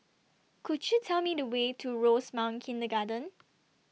Could YOU Tell Me The Way to Rosemount Kindergarten